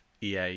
EA